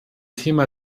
thema